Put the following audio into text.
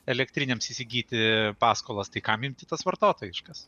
elektrinėms įsigyti paskolas tai kam imti tas vartotojiškas